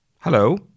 Hello